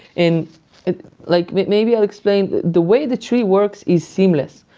and like maybe i'll explain, the way datree works is seamless.